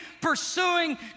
pursuing